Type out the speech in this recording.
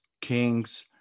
kings